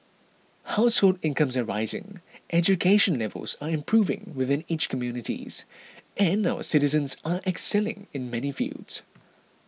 household incomes are rising education levels are improving within each communities and our citizens are excelling in many fields